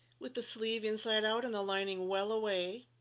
with the sleeve inside out and the lining well away,